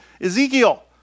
Ezekiel